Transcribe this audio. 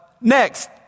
Next